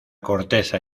corteza